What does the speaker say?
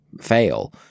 fail